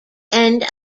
end